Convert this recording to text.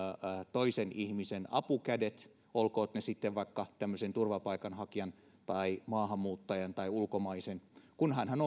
toisen ihmisen apukädet olkoot ne sitten vaikka tämmöisen turvapaikanhakijan tai maahanmuuttajan tai ulkomaalaisen kunhan hän